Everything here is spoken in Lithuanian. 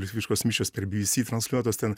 lietuviškos mišios per bbc transliuotos ten